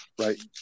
right